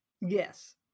Yes